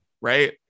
right